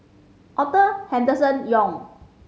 Arthur Henderson Young